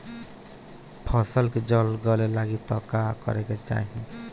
फसल के जड़ गले लागि त का करेके होई तनि बताई?